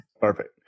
Perfect